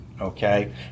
okay